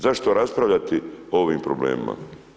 Zašto raspravljati o ovim problemima?